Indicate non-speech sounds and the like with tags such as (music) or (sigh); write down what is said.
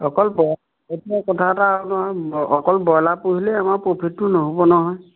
অকল (unintelligible) কথা এটা নহয় অকল ব্ৰইলাৰ পুহিলেই আমাৰ প্ৰফিটটো নহ'ব নহয়